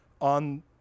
on